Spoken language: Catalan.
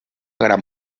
gran